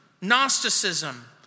Gnosticism